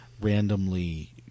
randomly